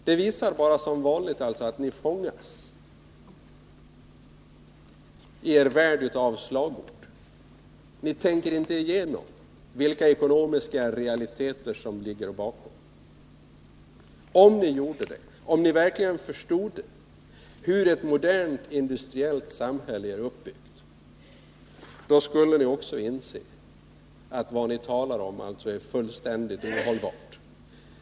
Det visar bara som vanligt att ni fångas i er värld av slagord. Ni tänker inte igenom vilka ekonomiska realiteter som ligger bakom. Om ni gjorde det, om ni verkligen förstode hur ett modernt industriellt samhälle är uppbyggt, då skulle ni också inse att vad ni talar om är fullständigt ohållbart.